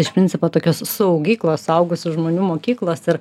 iš principo tokios suaugyklos suaugusių žmonių mokyklos ir